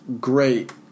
great